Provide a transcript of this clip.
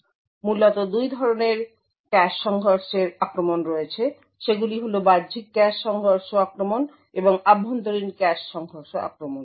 তাই মূলত দুধরনের ক্যাশ সংঘর্ষের আক্রমণ রয়েছে সেগুলি হল বাহ্যিক ক্যাশে সংঘর্ষ আক্রমণ এবং অভ্যন্তরীণ ক্যাশে সংঘর্ষ আক্রমণ